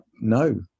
no